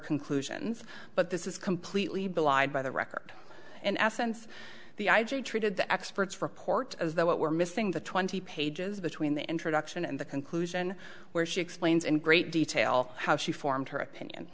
conclusions but this is completely belied by the record in essence the i g treated the expert's report as though it were missing the twenty pages between the introduction and the conclusion where she explains in great detail how she formed her opinion